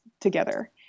together